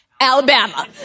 Alabama